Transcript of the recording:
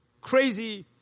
crazy